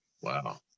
Wow